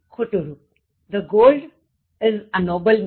ખોટું રુપ The gold is a noble metal